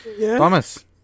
Thomas